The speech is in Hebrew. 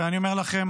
ואני אומר לכם,